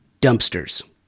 dumpsters